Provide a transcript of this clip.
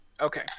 okay